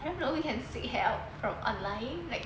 I don't know we can seek help from online like google